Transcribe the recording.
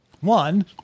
One